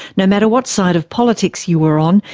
no matter what side of politics you were on,